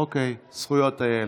אוקיי, זכויות הילד.